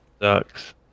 Sucks